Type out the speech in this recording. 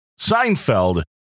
Seinfeld